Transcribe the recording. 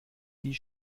die